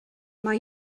mae